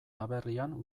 aberrian